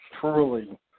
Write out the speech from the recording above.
truly